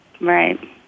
Right